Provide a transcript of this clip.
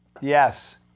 Yes